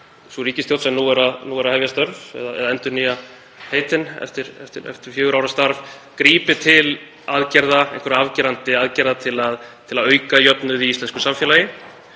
sú ríkisstjórn sem nú er að hefja störf, eða endurnýja heitin eftir fjögurra ára starf, grípi til afgerandi aðgerða til að auka jöfnuð í íslensku samfélagi.